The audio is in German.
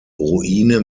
ruine